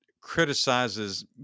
criticizes